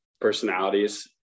personalities